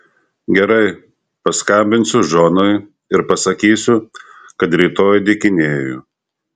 gerai paskambinsiu džonui ir pasakysiu kad rytoj dykinėju